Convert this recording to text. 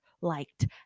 liked